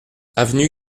avenue